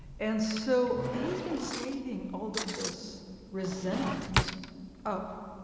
and so he's been saving all of this resentment up